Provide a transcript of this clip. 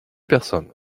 personne